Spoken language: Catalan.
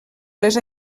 les